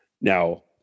Now